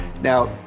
Now